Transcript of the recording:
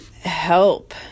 help